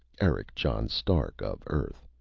eric john stark of earth,